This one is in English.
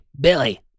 Billy